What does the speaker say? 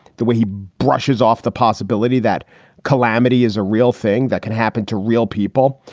the way he brushes off the possibility that calamity is a real thing that can happen to real people.